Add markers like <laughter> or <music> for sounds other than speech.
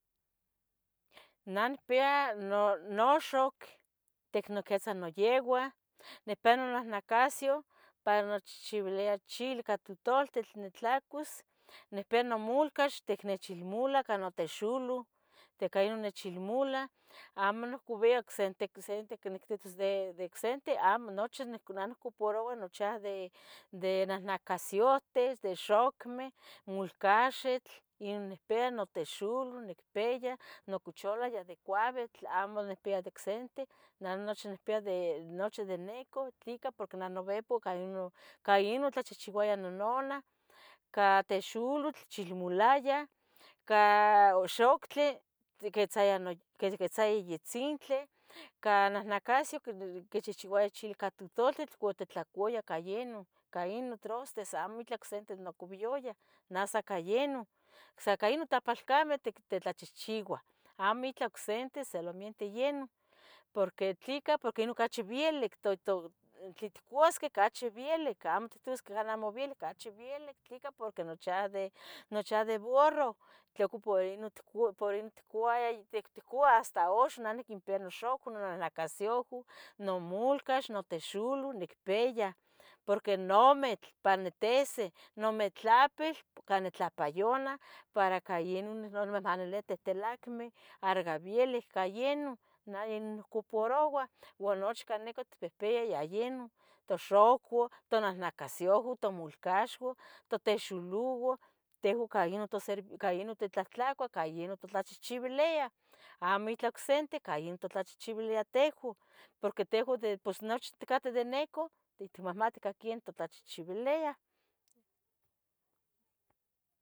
Nah nipiya noxoc, ticniquisa noyeuan, nipia nahnacasyoh pa nochihchiuilia chili ica totultitl uo nitlacos, nicpiya nomolcax ticnichilmula ca notixulou ic inon nichilmola amo nocouia ocsente quen niquihtos, de ocsente amo, nochi nocoparoua de nahnacasyohqueh de xocmeh, mulcaxitl, inpeya notixulo. nicpeya nocuchala ya de coauitl, amo nicpiya de ocsenteh. Neh nochi nipeya de nicoh, ¿tleca? porque ne nouehpo ca inon otlachihchiuaya nonanah, ca texulotl, chilmolaya, ca xoctli, quiquitz a, quitzaya yetzintli, ca nahnacasyeh quichihchiuaya chili ica totultitl uo otitlacuayah ca yenon, ica inon trastes, amo itlah ocse titlacoviyayah sa ica inon. Sa ica Inon tapalcameh titlachihchiuah, amitlah ocsente solamente yenon porque ¿tlica? porque ocachi vielic, tlen itcuasqueh ocachi vielic amo ittosqueh uan amo vielic ¿tleca? porque nochi a de barro <hesitation> por inon ticouah hasta uxan nah niquinpiya noxocuan, nonacasyohqueh, nomolcas notixolou nicpeya porque nometl pa nitisi, nometlapil pa nitlapoyana para cayenon nictlalia tehtelacmeh argavielic ca yenon niocoparoua uo nochi ticpihpeyah cayenon, toxocuan, tonahnacasyohqueh, tomolcaxuan, totexulouan <hesitation> cayenoh titlahtlacuah, cayenon titlahchihcheueliyah amitlah ocsente cayenon totlachihcheueleyah teco porque tehuan pos nochi ticateh de necoh itmahmatih quenih totlachehcheueliah.